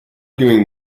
doing